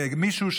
והגמישו,